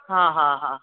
हा हा हा